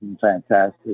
fantastic